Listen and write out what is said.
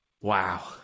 wow